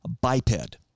Biped